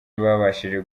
babashije